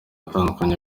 atandukanye